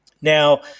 Now